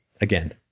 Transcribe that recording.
again